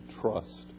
trust